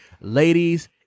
Ladies